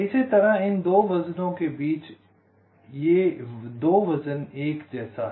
इसी तरह इन 2 वजनों के बीच 1 ये 2 वजन 1 जैसा है